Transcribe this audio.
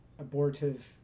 abortive